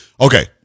Okay